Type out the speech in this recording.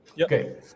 Okay